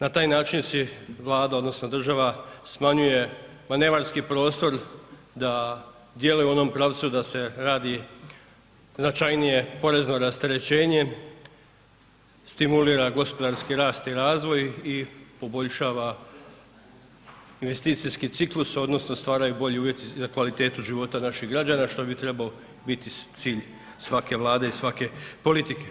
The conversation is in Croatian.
Na taj način si Vlada, odnosno država smanjuje manevarski prostor da djeluje u onom pravcu da se radi značajnije porezno rasterečenje, stimulira gospodarski rast i razvoj i poboljšava investicijski ciklus odnosno stvaraju bolji uvjeti za kvalitetu života naših građana što bi trebao biti cilj svake Vlade i svake politike.